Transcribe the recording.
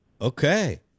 Okay